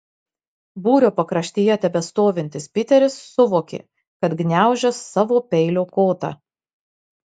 būrio pakraštyje tebestovintis piteris suvokė kad gniaužia savo peilio kotą